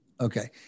Okay